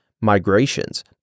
migrations